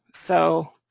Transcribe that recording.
so,